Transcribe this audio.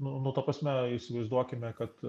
nu ta prasme įsivaizduokime kad